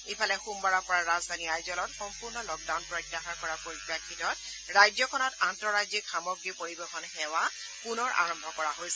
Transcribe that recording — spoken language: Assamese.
ইফালে সোমবাৰৰ পৰা ৰাজধানী আইজলত সম্পূৰ্ণ লকডাউন প্ৰত্যাহাৰ কৰাৰ পৰিপ্ৰেক্ষিতত ৰাজ্যখনত আন্তঃৰাজ্যিক সামগ্ৰী পৰিবহন সেৱা পুনৰ আৰম্ভ হৈছে